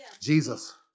Jesus